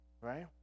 right